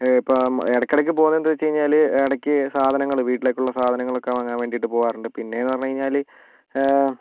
ഇപ്പം ഇടക്കിടക്ക് പോകുന്നത് എന്തെന്ന് വെച്ച് കഴിഞ്ഞാൽ ഇടക്ക് സാധനങ്ങൾ വീട്ടിലേക്കുള്ള സാധനങ്ങളക്കെ വാങ്ങാൻ വേണ്ടീട്ട് പോകാറുണ്ട് പിന്നെന്ന് പറഞ്ഞു കഴിഞ്ഞാൽ